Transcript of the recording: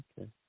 Okay